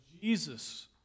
Jesus